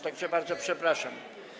Tak że bardzo przepraszam.